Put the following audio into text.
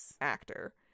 actor